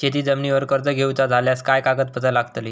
शेत जमिनीवर कर्ज घेऊचा झाल्यास काय कागदपत्र लागतली?